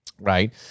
right